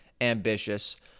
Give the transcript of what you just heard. ambitious